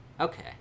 Okay